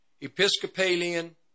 Episcopalian